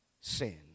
sin